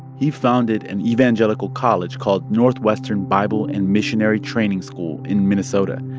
he founded an evangelical college called northwestern bible and missionary training school in minnesota,